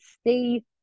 stay